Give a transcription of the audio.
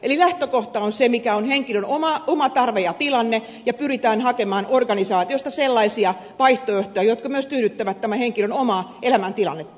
eli lähtökohta on se mikä on henkilön oma tarve ja tilanne ja pyritään hakemaan organisaatioista sellaisia vaihtoehtoja jotka myös tyydyttävät tämän henkilön omaa elämäntilannetta